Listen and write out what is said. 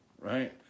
Right